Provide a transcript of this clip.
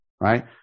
Right